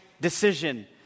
decision